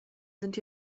sind